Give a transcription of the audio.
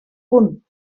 punt